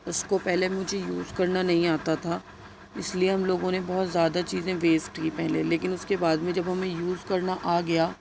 اس کو پہلے مجھے یوز کرنا نہیں آتا تھا اس لئے ہم لوگوں نے بہت زیادہ چیزیں ویسٹ کی پہلے لیکن اس کے بعد میں جب ہمیں یوز کرنا آ گیا